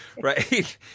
right